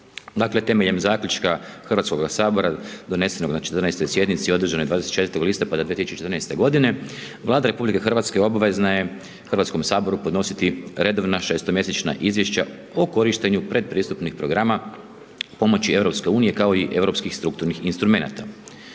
Dakle, temeljem zaključka Hrvatskoga sabora donesene na 14. sjednice održane 24. listopada 2014. g. Vlada Republike Hrvatske obvezna je Hrvatskom saboru, podnositi redovna šestomjesečna izvješća o korištenju predpristupni programa pomoći EU kao i europskih strukturnih instrumenata.